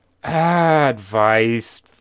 Advice